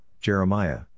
Jeremiah